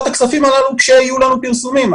את הכספים הללו כשיהיו לנו פרסומים.